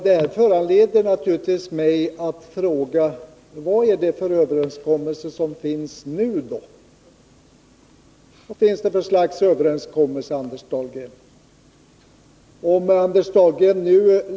Det föranleder mig naturligtvis att fråga Anders Dahlgren: Vad är det för slags överenskommelse som finns nu?